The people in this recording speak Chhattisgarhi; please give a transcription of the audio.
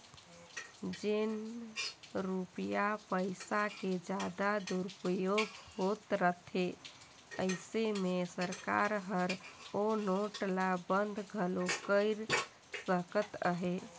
जेन रूपिया पइसा के जादा दुरूपयोग होत रिथे अइसे में सरकार हर ओ नोट ल बंद घलो कइर सकत अहे